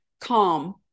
calm